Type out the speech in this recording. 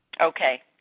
Okay